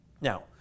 Now